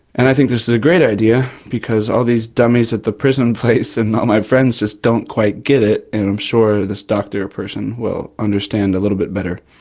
and i think this is a great idea, because all these dummies at the prison place, and all my friends just don't quite get it, and i'm sure this doctor person will understand a little bit better.